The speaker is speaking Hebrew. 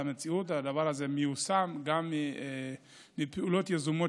במציאות הדבר הזה מיושם גם בפעולות יזומות